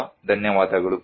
ತುಂಬ ಧನ್ಯವಾದಗಳು